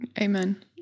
Amen